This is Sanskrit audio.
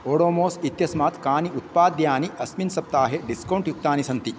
ओडोमोस् इत्यस्माात् कानि उत्पाद्यानि अस्मिन् सप्ताहे डिस्कौण्ट् युक्तानि सन्ति